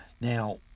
Now